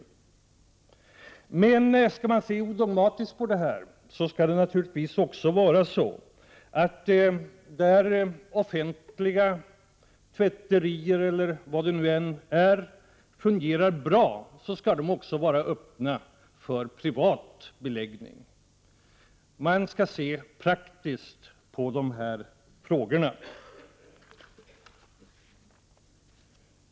Om man skall se odogmatiskt på detta, skall det naturligtvis också vara så att t.ex. offentliga tvätterier som fungerar bra skall vara öppna för privat beläggning. Man skall se praktiskt på dessa frågor.